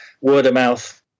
word-of-mouth